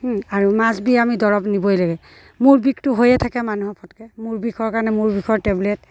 আৰু must be আমি দৰৱ নিবই লাগে মূৰ বিষটো হৈয়ে থাকে মানুহৰ ফটককৈ মূৰ বিষৰ কাৰণে মূৰ বিষৰ টেবলেট